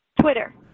Twitter